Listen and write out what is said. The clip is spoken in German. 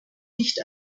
nicht